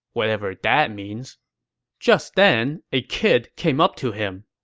whatever that means just then, a kid came up to him.